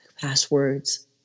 passwords